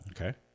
Okay